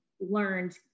learned